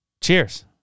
cheers